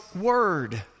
word